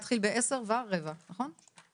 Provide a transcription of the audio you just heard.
הישיבה ננעלה בשעה 09:53.